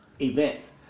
events